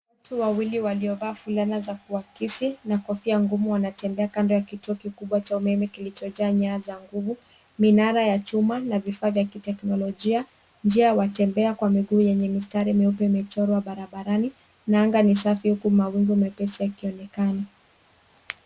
Watu wawili waliovaa fulana za kuakisi na kofia ngumu wanatembea kando ya kituo kikubwa cha umeme kilichojaa nyaya za nguvu. Minara ya chuma na vifaa vya kiteknolojia, njia ya watembea kwa miguu yenye mistari mieupe imechorwa barabarani na anga ni safi huku mawingu mepesi yakionekana